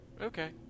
Okay